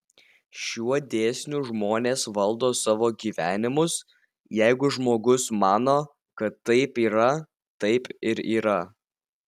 šiuo dėsniu žmonės valdo savo gyvenimus jeigu žmogus mano kad taip yra taip ir yra